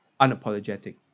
unapologetic